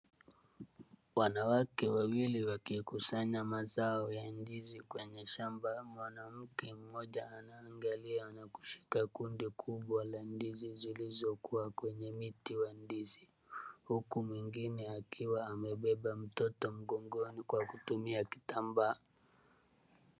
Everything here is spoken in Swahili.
Wanawake wawili wakikusanya mazao ya ndizi kwenye shamba. Mwanamke mmoja anaangalia na kushika kundi kubwa la ndizi zilizokuwa kwenye miti wa ndizi. Huku mwingine akiwa amebeba mtoto mgongoni kwa kutumia kitambaa.